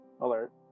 alert